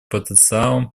потенциалом